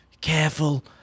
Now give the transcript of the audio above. careful